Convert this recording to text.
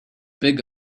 big